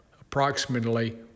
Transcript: approximately